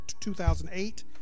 2008